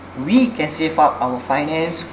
we can save up our finance